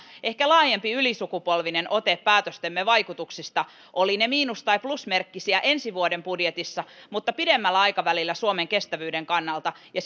ehkä tarvittaisiin laajempi ylisukupolvinen ote päätöstemme vaikutuksista olivat ne miinus tai plusmerkkisiä ensi vuoden budjetissa pidemmällä aikavälillä suomen kestävyyden kannalta ja